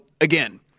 again